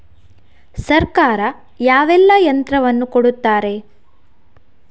ಸರ್ಕಾರ ಯಾವೆಲ್ಲಾ ಯಂತ್ರವನ್ನು ಕೊಡುತ್ತಾರೆ?